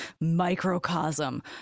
microcosm